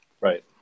Right